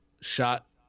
shot